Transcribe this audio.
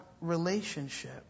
relationship